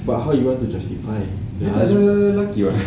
but how you want to justify it doesn't